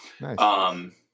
Nice